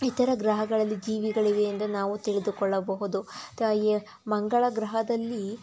ಇತರ ಗ್ರಹಗಳಲ್ಲಿ ಜೀವಿಗಳಿವೆ ಎಂದು ನಾವು ತಿಳಿದುಕೊಳ್ಳಬಹುದು ತ ಯ ಮಂಗಳ ಗ್ರಹದಲ್ಲಿ